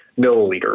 milliliters